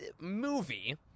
movie